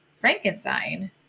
Frankenstein